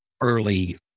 early